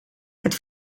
het